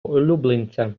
улюбленця